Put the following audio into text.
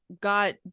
got